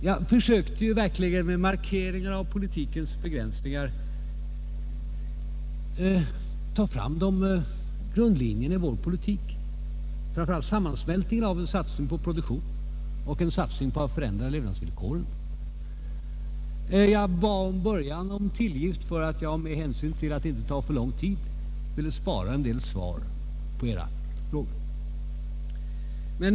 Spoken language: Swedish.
Jag försökte verkligen med markeringar av politikens begränsningar framhålla grundlinjen i vår politik, framför allt sammansmältningen av en satsning på produktion och en satsning på att förändra levnadsvillkoren. I början av anförandet bad jag också om tillgift för att jag, i syfte att inte ta för lång tid i anspråk, ville spara en del svar på era frågor.